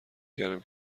کردم